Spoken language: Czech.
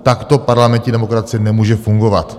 Takto parlamentní demokracie nemůže fungovat!